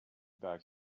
back